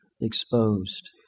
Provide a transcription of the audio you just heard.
exposed